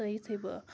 تہٕ یُتھُے بہٕ